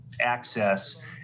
access